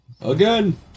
Again